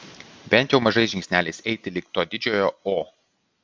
bent jau mažais žingsneliais eiti link to didžiojo o